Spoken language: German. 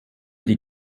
die